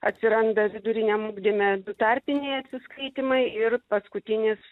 atsiranda viduriniam ugdyme tarpiniai atsiskaitymai ir paskutinis